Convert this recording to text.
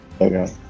Okay